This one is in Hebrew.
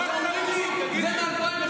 אז אתם אומרים לי, זה מ-2005,